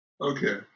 Okay